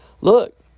look